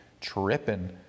tripping